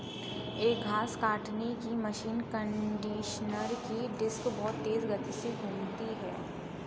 एक घास काटने की मशीन कंडीशनर की डिस्क बहुत तेज गति से घूमती है